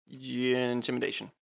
intimidation